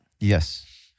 Yes